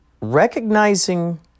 recognizing